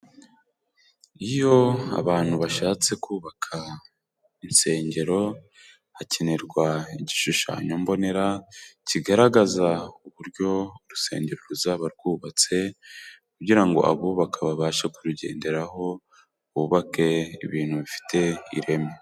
Iyo abantu bashatse kubaka insengero, hakenerwa igishushanyo mbonera kigaragaza uburyo urusengero ruzaba rwubatse, kugira ngo abubaka babashe kurugenderaho bubake ibintu bifite ireme.